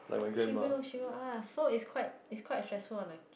she will she will ask so it's quite it's quite stressful on the